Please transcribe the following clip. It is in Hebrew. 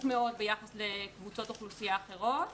מאוד ביחס לקבוצות אוכלוסייה אחרות,